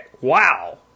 wow